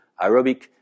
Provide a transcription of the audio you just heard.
aerobic